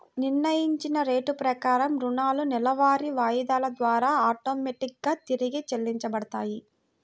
నిర్ణయించిన రేటు ప్రకారం రుణాలు నెలవారీ వాయిదాల ద్వారా ఆటోమేటిక్ గా తిరిగి చెల్లించబడతాయి